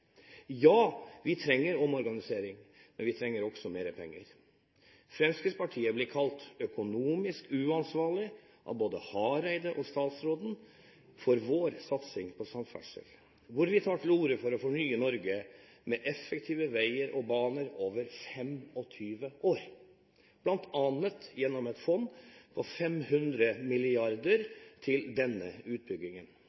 Ja, vi trenger omorganisering, men vi trenger også mer penger! Fremskrittspartiet blir kalt økonomisk uansvarlig av både Hareide og statsråden for sin satsing på samferdsel, hvor vi tar til orde for å fornye Norge med effektive veier og baner over 25 år, bl.a. gjennom et fond på 500